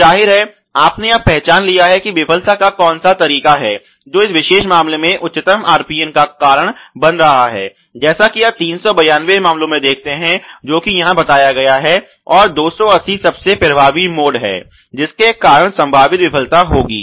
तो जाहिर है आपने अब पहचान लिया है कि विफलता का कौन सा तरीका है जो इस विशेष मामले में उच्चतम RPN का कारण बन रहा है जैसा कि आप 392 मामले में देखते हैं जो कि यहां बताया गया है और 280 सबसे प्रभावी मोड हैं जिसके कारण संभावित विफलता होगी